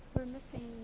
we're missing